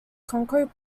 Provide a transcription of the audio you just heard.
conquering